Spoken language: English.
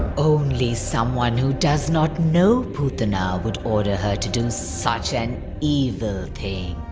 only someone who does not know putana would order her to do such an evil thing